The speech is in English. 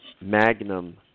magnum